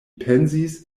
pensis